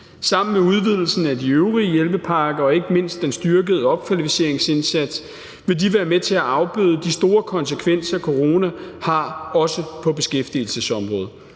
Sammen med udvidelsen af de øvrige hjælpepakker og ikke mindst den styrkede opkvalificeringsindsats vil de være med til at afbøde de store konsekvenser, corona har, også på beskæftigelsesområdet.